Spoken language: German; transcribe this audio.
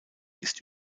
ist